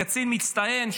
קצין מצטיין,